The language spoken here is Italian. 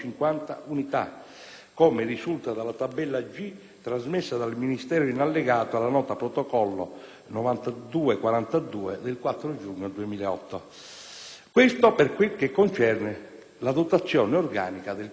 come risulta dalla tabella G trasmessa dal Ministero in allegato alla nota protocollo n. 9242 del 4 giugno 2008. Questo per quel che concerne la dotazione organica di personale docente.